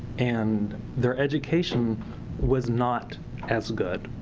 and their education was not as good,